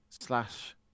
slash